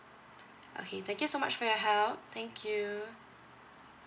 okay thank you so much for your help thank you